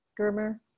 Germer